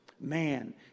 Man